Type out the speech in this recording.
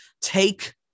take –